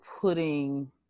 putting